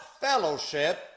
fellowship